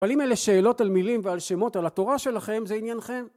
אבל אם אלה שאלות על מילים ועל שמות על התורה שלכם, זה עניינכם.